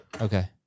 Okay